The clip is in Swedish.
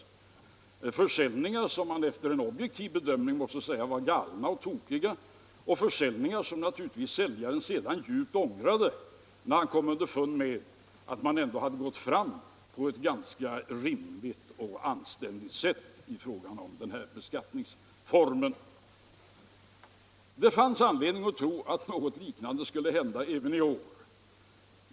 Det var försäljningar som man efter en objektiv bedömning måste säga var tokiga och som säljaren djupt ångrade efteråt, när han kom underfund med att vi ändå hade gått fram med denna beskattningsform på ett ganska rimligt och anständigt sätt. Det fanns anledning tro att något liknande skulle hända även i år.